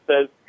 says